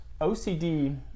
OCD